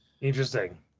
Interesting